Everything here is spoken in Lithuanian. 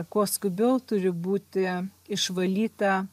kuo skubiau turi būti išvalyta